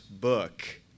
book